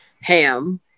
ham